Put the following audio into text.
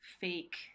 fake